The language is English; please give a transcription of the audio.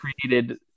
created